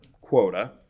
quota